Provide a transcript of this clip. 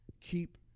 Keep